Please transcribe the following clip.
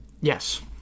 Yes